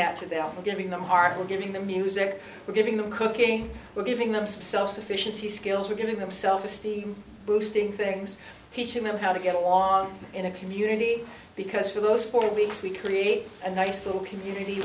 that to them and giving them are giving their music we're giving them cooking we're giving themselves sufficiency skills we're giving them self esteem boosting things teaching them how to get along in a community because for those four weeks we create a nice little community